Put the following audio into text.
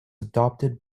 adopted